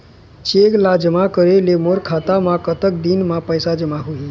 Cheque ला जमा करे ले मोर खाता मा कतक दिन मा पैसा जमा होही?